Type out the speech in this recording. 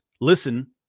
Listen